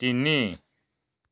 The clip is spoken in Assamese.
তিনি